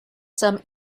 some